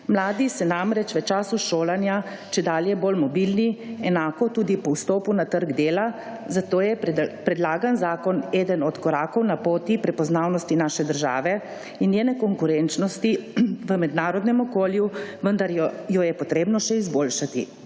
Mladi so namreč v času šolanja čedalje bolj mobilni, enako tudi po vstopu na trg dela, zato je predlagan zakon eden od korakov na poti prepoznavnosti naše države in njene konkurenčnosti v mednarodnem okolju, vendar jo je potrebno še izboljšati.